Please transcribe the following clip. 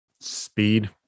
speed